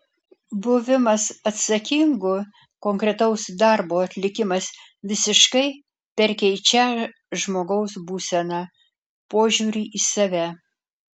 buvimas atsakingu konkretaus darbo atlikimas visiškai perkeičią žmogaus būseną požiūrį į save